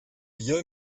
bier